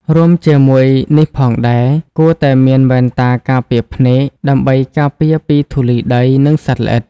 រួមជាមួយនេះផងដែរ គួរតែមានវ៉ែនតាការពារភ្នែក ដើម្បីការពារពីធូលី ដី និងសត្វល្អិត។